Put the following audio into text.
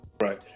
Right